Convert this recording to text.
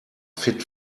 fit